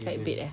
side bed eh